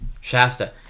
Shasta